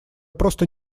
просто